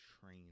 Train